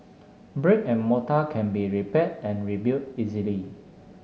brick and mortar can be repaired and rebuilt easily